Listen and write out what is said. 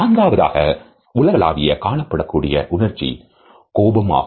நான்காவதாக உலகளாவிய காணப்படக்கூடிய உணர்ச்சி கோபம் ஆகும்